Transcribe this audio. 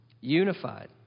Unified